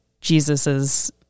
Jesus's